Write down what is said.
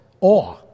awe